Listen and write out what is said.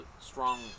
strong